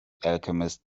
alchemist